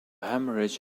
hemorrhage